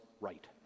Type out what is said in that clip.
right